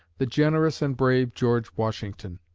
the generous and brave george washington.